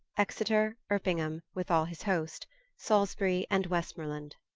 exeter, erpingham with all his hoast salisbury, and westmerland.